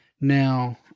Now